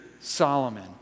solomon